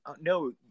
no